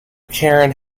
karen